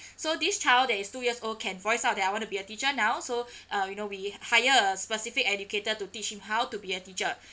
so this child that is two years old can voice out that I want to be a teacher now so uh you know we hire a specific educator to teach him how to be a teacher